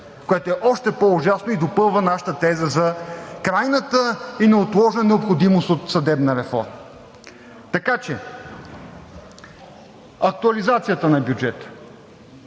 което е още по ужасно, и допълва нашата теза за крайната и неотложна необходимост от съдебна реформа. Актуализацията на бюджета